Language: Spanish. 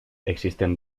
existen